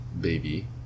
baby